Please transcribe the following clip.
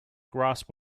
grasp